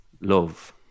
love